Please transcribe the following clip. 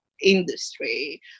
industry